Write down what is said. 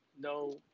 no